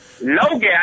Logan